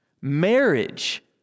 Marriage